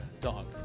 dog